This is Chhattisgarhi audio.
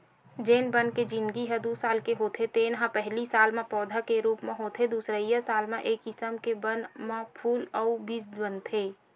जेन बन के जिनगी ह दू साल के होथे तेन ह पहिली साल म पउधा के रूप म होथे दुसरइया साल म ए किसम के बन म फूल अउ बीज बनथे